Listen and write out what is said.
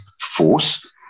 force